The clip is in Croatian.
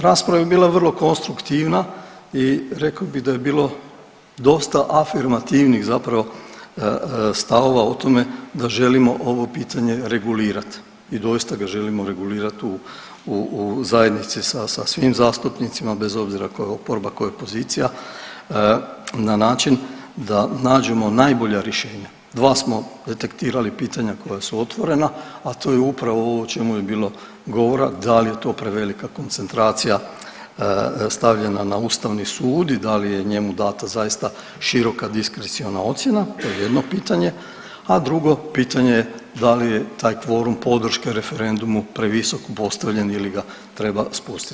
Rasprava je bila vrlo konstruktivna i rekao bi da je bilo dosta afirmativnih zapravo stavova o tome da želimo ovo pitanje regulirat i doista ga želimo regulirat u, u, u zajednici sa, sa svim zastupnicima bez obzira ko je oporba, ko je pozicija na način da nađemo najbolja rješenja, dva smo detektirali pitanja koja su otvorena, a to je upravo ovo o čemu je bilo govora, da li je to prevelika koncentracija stavljena na ustavni sud i da li je njemu dana zaista široka diskreciona ocjena to je jedna pitanje, a drugo pitanje je da li je taj kvorum podrške referendumu previsoko postavljen ili ga treba spustiti.